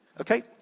Okay